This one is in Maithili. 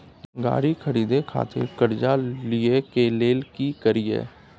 गाड़ी खरीदे खातिर कर्जा लिए के लेल की करिए?